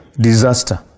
disaster